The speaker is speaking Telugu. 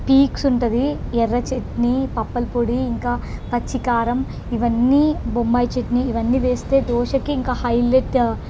పీక్స్ ఉంటుంది ఎర్ర చట్నీ పప్పులపొడి ఇంకా పచ్చికారం ఇవన్నీ బొంబాయి చట్నీ ఇవి అన్నీ వేస్తే దోశకి ఇంకా హైలెట్